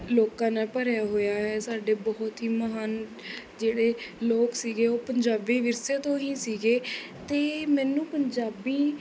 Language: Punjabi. ਲੋਕਾਂ ਨਾਲ ਭਰਿਆ ਹੋਇਆ ਹੈ ਸਾਡੇ ਬਹੁਤ ਹੀ ਮਹਾਨ ਜਿਹੜੇ ਲੋਕ ਸੀਗੇ ਉਹ ਪੰਜਾਬੀ ਵਿਰਸੇ ਤੋਂ ਹੀ ਸੀਗੇ ਅਤੇ ਮੈਨੂੰ ਪੰਜਾਬੀ